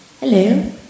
Hello